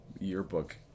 yearbook